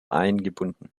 eingebunden